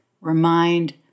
remind